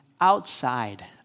outside